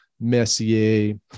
Messier